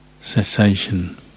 cessation